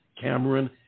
Cameron